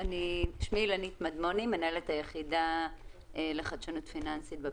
מנהלת היחידה לחדשנות פיננסית,